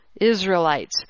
Israelites